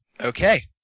Okay